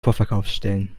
vorverkaufsstellen